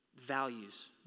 values